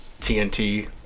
TNT